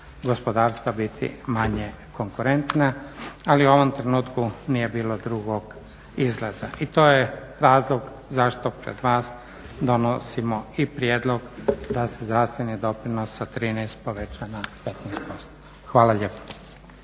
gospodarstva biti manje konkurentna. Ali u ovom trenutku nije bilo drugog izlaza i to je razlog zašto pred vas donosimo i prijedlog da se zdravstveni doprinos sa 13 poveća na 15%. Hvala lijepo.